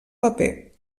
paper